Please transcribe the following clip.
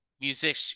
music